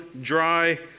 dry